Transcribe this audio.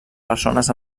persones